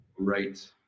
Right